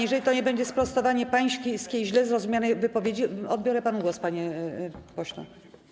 Jeżeli to nie będzie sprostowanie pańskiej źle zrozumianej wypowiedzi, odbiorę panu głos, panie pośle.